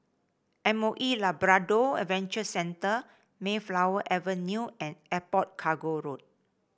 M O E Labrador Adventure Centre Mayflower Avenue and Airport Cargo Road